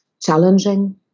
challenging